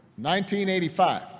1985